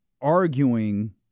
arguing